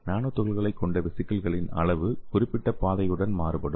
நானோ துகள்களைக் கொண்ட வெசிகிள்களின் அளவு குறிப்பிட்ட பாதையுடன் மாறுபடும்